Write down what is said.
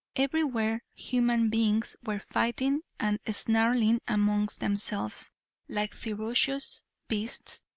everywhere human beings were fighting and snarling amongst themselves like ferocious beasts.